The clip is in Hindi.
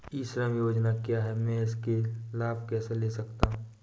ई श्रम योजना क्या है मैं इसका लाभ कैसे ले सकता हूँ?